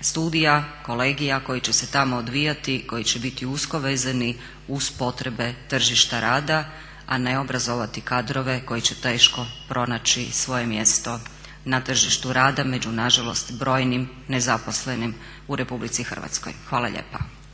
studija, kolegija koji će se tamo odvijati i koji će biti usko vezani uz potrebe tržišta rada, a ne obrazovati kadrove koji će teško pronaći svoje mjesto na tržištu rada među nažalost brojnim nezaposlenim u RH. Hvala lijepa.